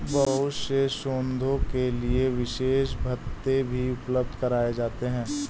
बहुत से शोधों के लिये विशेष भत्ते भी उपलब्ध कराये जाते हैं